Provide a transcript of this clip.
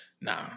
Nah